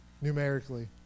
numerically